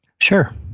Sure